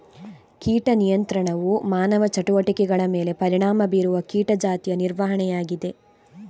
ಕೀಟ ನಿಯಂತ್ರಣವು ಮಾನವ ಚಟುವಟಿಕೆಗಳ ಮೇಲೆ ಪರಿಣಾಮ ಬೀರುವ ಕೀಟ ಜಾತಿಯ ನಿರ್ವಹಣೆಯಾಗಿದೆ